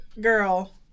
girl